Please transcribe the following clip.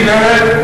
והיא נגררת.